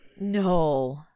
No